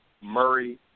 Murray